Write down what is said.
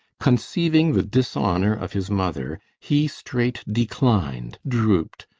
conceiving the dishonour of his mother, he straight declin'd droop'd,